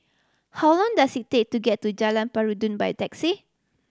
how long does it take to get to Jalan Peradun by taxi